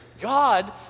God